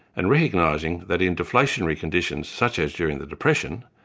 and recognising that in deflationary conditions such as during the depression,